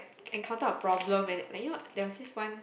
encounter a problem and like you know there was this one